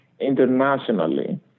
internationally